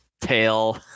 tail